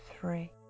three